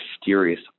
mysterious